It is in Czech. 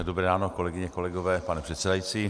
Dobré ráno, kolegyně a kolegové, pane předsedající.